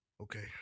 Okay